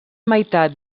meitat